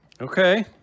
Okay